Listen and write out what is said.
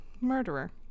murderer